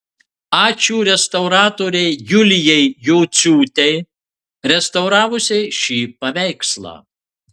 ačiū restauratorei julijai jociūtei restauravusiai šį paveikslą